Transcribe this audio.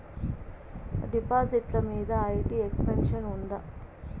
డిపాజిట్లు మీద IT exemption ఉందా?